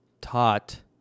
taught